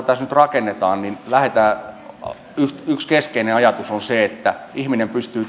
tässä nyt rakennetaan yksi keskeinen ajatus on se että ammattilainen pystyy